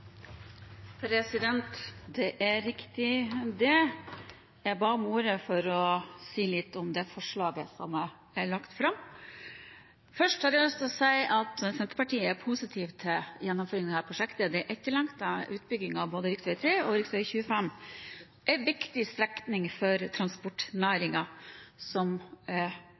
for å si litt om det forslaget til vedtak som er lagt fram. Først har jeg lyst til å si at Senterpartiet er positiv til gjennomføringen av dette prosjektet. Utbyggingen av rv. 3/rv. 25 – en viktig strekning for transportnæringen – er etterlengtet og veldig betimelig å få på plass. Senterpartiet ønsker mest mulig vei for